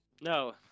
no